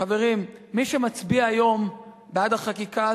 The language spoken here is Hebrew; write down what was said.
חברים, מי שמצביע היום בעד החקיקה הזאת,